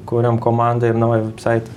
kuriam komandą ir naują apsaitą